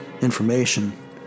information